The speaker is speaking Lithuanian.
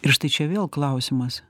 ir štai čia vėl klausimas